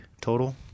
total